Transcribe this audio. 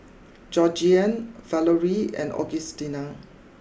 Georgeann Valorie and Augustina